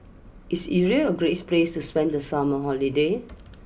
is Israel Grace place to spend the summer holiday